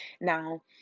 now